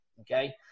Okay